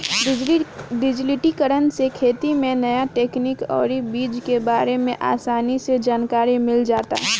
डिजिटलीकरण से खेती में न्या तकनीक अउरी बीज के बारे में आसानी से जानकारी मिल जाता